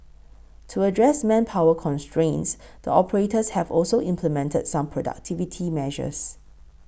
to address manpower constraints the operators have also implemented some productivity measures